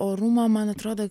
orumą man atrodo